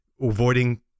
avoiding